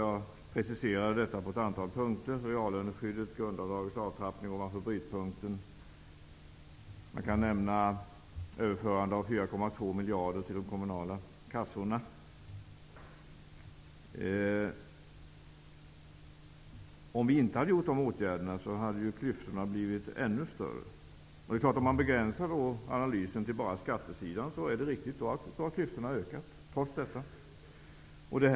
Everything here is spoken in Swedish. Jag preciserade detta på ett antal punkter -- reallöneskyddet och grundavdragets avtrappning för inkomster över brytpunkten. Jag kan också nämna överförandet av 4,2 miljarder till de kommunala kassorna. Om vi inte hade vidtagit de åtgärderna hade klyftorna blivit ännu större. Om man begränsar analysen till enbart skatteområdet är det riktigt att klyftorna trots detta har ökat.